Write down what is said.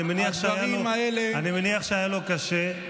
אני מניח שהיה לו קשה.